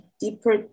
deeper